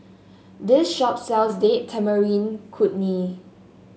this shop sells Date Tamarind Chutney